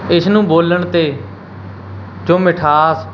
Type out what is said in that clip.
ਇਸ ਨੂੰ ਬੋਲਣ 'ਤੇ ਜੋ ਮਿਠਾਸ